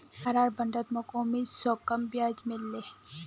सहारार बॉन्डत मोक उम्मीद स कम ब्याज मिल ले